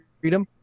freedom